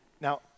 Now